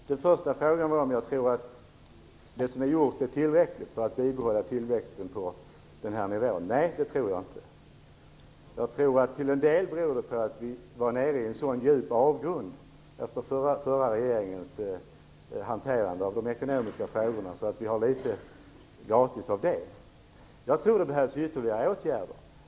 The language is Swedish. Fru talman! Den första frågan gäller om jag tror att det som har gjorts är tillräckligt för att bibehålla tillväxten på den här nivån. Nej, det tror jag inte. Jag tror att det till en del beror på att vi var nere i en så djup avgrund efter den förra regeringens hanterande av de ekonomiska frågorna, så att vi har litet gratis av det. Jag tror att det behövs ytterligare åtgärder.